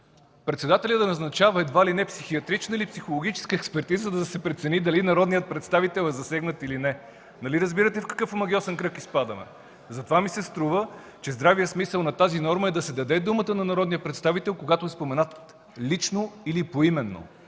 председателят да назначава едва ли не психиатрична или психологическа експертиза, за да се прецени дали народният представител е засегнат, или не. Нали разбирате в какъв омагьосан кръг изпадаме? Затова ми се струва, че здравият смисъл на тази норма е да се даде думата на народния представител, когато е споменат лично или поименно.